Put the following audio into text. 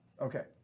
Okay